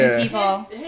people